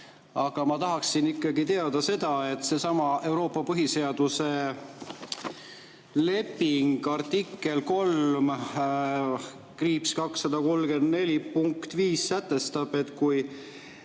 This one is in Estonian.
Aga ma tahaksin ikkagi teada seda, et seesama Euroopa põhiseaduse leping, artikkel III-234 punkt 5 sätestab: "Kui